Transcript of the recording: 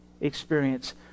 experience